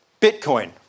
Bitcoin